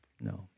no